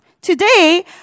today